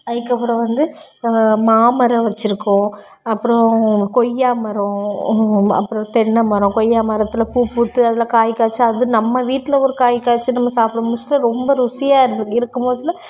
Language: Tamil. அதுக்கு அப்புறம் வந்து மாமரம் வச்சிருக்கோம் அப்புறம் கொய்யா மரம் அப்புறம் தென்னைமரம் கொய்யா மரத்தில் பூ பூத்து அதில் காய் காய்ச்சி அது நம்ம வீட்டில் ஒரு காய் காய்ச்சி நம்ம சாப்பிடும் புதுசில் ரொம்ப ருசியாக இரு இருக்கும் புதுசில்